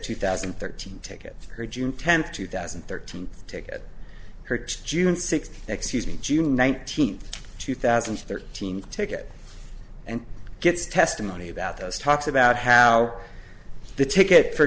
two thousand and thirteen ticket her june tenth two thousand and thirteen ticket purchase june sixth excuse me june nineteenth two thousand and thirteen ticket and gets testimony about those talks about how the ticket for